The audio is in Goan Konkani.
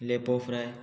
लेपो फ्राय